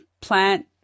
plant